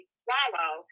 swallow